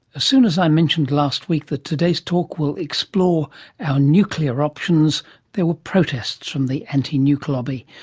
as soon as i mentioned last week that today's talk will explore our nuclear options there were protests from the anti-nuke lobby.